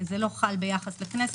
זה לא חל ביחס לכנסת.